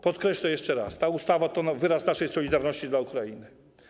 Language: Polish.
Podkreślę jeszcze raz: ta ustawa to wyraz naszej solidarności z Ukrainą.